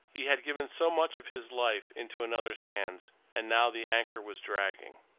he had given so much of his life into another's hands and now the anchor was dragging.